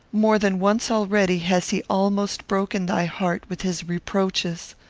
more than once already has he almost broken thy heart with his reproaches.